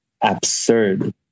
absurd